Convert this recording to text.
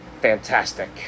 fantastic